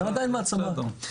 מעצמה.